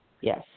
Yes